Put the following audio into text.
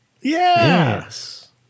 Yes